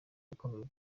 ibikombe